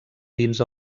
dins